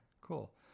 Cool